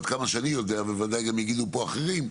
עד כמה שאני יודע ובוודאי גם יגידו פה אחרים,